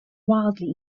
wildly